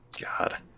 God